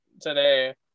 Today